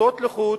החלטות לחוד